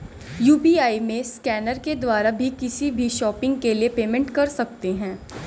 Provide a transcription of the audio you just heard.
UPI में scanner के द्वारा भी किसी भी शॉपिंग के लिए पेमेंट कर सकते है